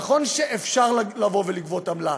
נכון שאפשר לגבות עמלה,